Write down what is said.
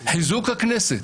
חיזוק הכנסת